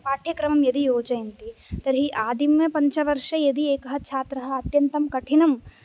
पाठ्यक्रमं यदि योजयन्ति तर्हि आदिमपञ्चवर्षे यदि एकः छात्रः अत्यन्तं कठिनं